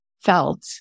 felt